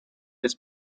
his